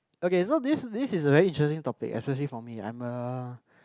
okay so this this is a very interesting topic especially for me I'm a